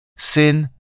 Sin